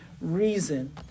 reason